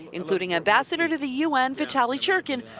including ambassador to the un, vitalychurkin,